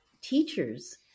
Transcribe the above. teachers